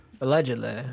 Allegedly